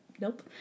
nope